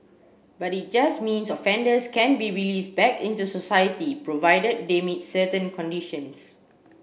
but it just means offenders can be released back into society provided they meet certain conditions